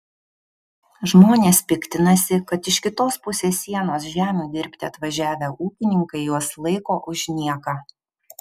žmonės piktinasi kad iš kitos pusės sienos žemių dirbti atvažiavę ūkininkai juos laiko už nieką